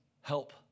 help